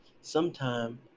sometime